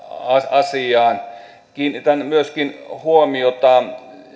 asiaan kiinnitän myöskin huomiota